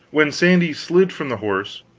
when sandy slid from the horse,